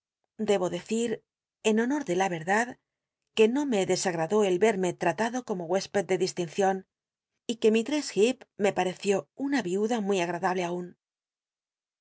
debo decir en honor de la verdad que no me des igradó el vcrme tratado como huésped de distincion y que misl ress heep me pareció una viuda muy agradable aun